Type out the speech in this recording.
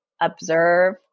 observe